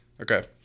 Okay